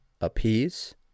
appease